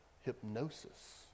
Hypnosis